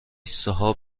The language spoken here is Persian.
صاحب